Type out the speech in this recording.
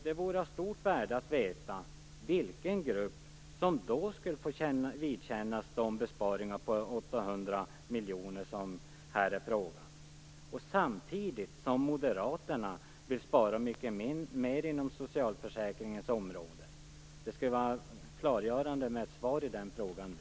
Det vore av stort värde att veta vilken grupp som då skulle få vidkännas de besparingar på 800 miljoner som det här är fråga om. Moderaterna vill ju samtidigt spara mycket mer inom socialförsäkringens område. Det skulle vara klargörande med ett svar när det gäller den frågan nu.